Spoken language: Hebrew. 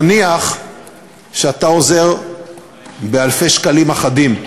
נניח שאתה עוזר באלפי שקלים אחדים,